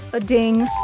a ding,